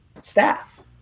staff